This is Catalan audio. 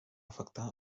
afectar